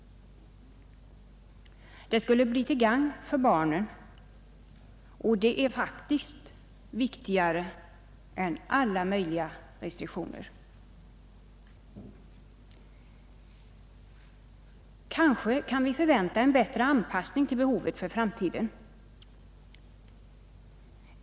Det skulle bli till gagn för barnen, och det är faktiskt viktigare än alla möjliga restriktioner. Kanske vi kan förvänta en bättre anpassning till behovet för framtiden?